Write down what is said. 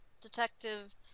Detective